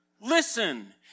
Listen